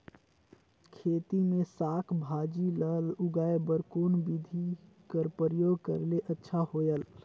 खेती मे साक भाजी ल उगाय बर कोन बिधी कर प्रयोग करले अच्छा होयल?